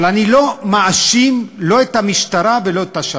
אבל אני לא מאשים לא את המשטרה ולא את השב"כ.